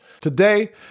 Today